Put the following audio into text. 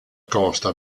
costa